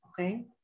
Okay